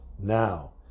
Now